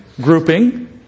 grouping